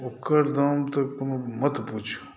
ओकर दाम तऽमत पुछू